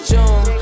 June